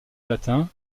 latin